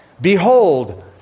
Behold